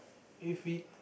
if we